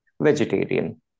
Vegetarian